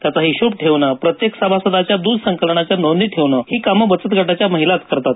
त्याचा हिशोब ठेवणं प्रत्येक सभासदाच्या द्रध संकलनाच्या नोंदी ही कामं बचत गटाच्या महिलाच करतात